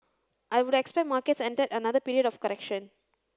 I would expect markets entered another period of correction